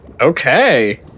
Okay